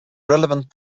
relevant